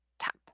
Tap